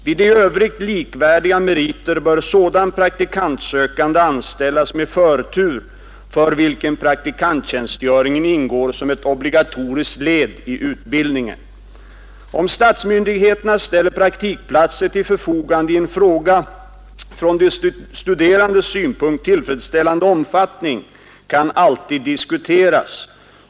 Vid i övrigt likvärdiga meriter bör sådan praktikantsökande anställas med förtur för vilken praktikanttjänstgöringen ingår som ett obligatoriskt led i utbildningen. Om statsmyndigheterna ställer praktikplatser till förfogande i en från de studerandes synpunkt tillfredsställande omfattning kan alltid diskuteras.